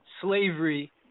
slavery